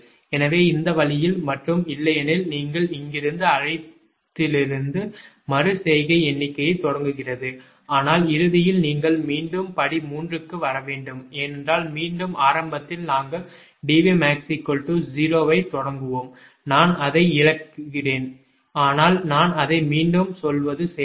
எனவே இந்த வழியில் மற்றும் இல்லையெனில் நீங்கள் இங்கிருந்து அழைத்ததிலிருந்து மறு செய்கை எண்ணிக்கை தொடங்குகிறது ஆனால் இறுதியில் நீங்கள் மீண்டும் படி 3 க்கு வர வேண்டும் ஏனென்றால் மீண்டும் ஆரம்பத்தில் நாங்கள் 𝐷𝑉𝑀𝐴𝑋 0 ஐ தொடங்குவோம் நான் இதை இழக்கிறேன் ஆனால் நான் அதை மீண்டும் சொல்வது செய்வேன்